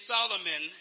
Solomon